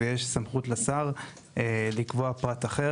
ויש סמכות לשר לקבוע פרט אחר,